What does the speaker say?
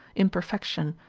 imperfection,